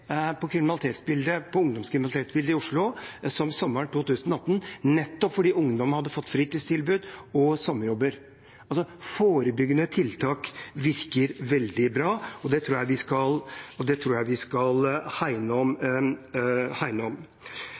ungdomskriminalitetsbilde i Oslo som sommeren 2018, nettopp fordi ungdommen hadde fått fritidstilbud og sommerjobber. Forebyggende tiltak virker altså veldig bra, og det tror jeg vi skal hegne om. Mitt siste poeng er at jeg er litt usikker på om